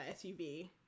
SUV